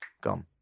Gone